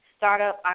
startup